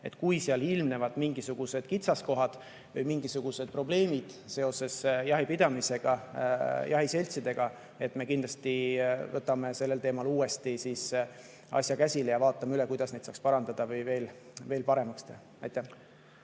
Kui seal ilmnevad mingisugused kitsaskohad või mingisugused probleemid seoses jahipidamisega, jahiseltsidega, siis me kindlasti võtame uuesti asja käsile ja vaatame üle, kuidas saaks asja parandada või veel paremaks teha. Jah,